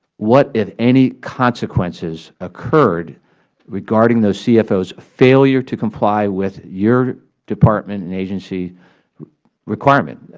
what, if any, consequences occurred regarding those cfos' failure to comply with your department and agency requirement?